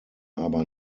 aber